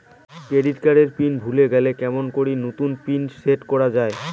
Credit card এর pin ভুলে গেলে কেমন করি নতুন পিন সেট করা য়ায়?